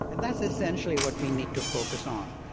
and that's essentially what we need to focus on.